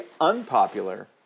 unpopular